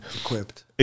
equipped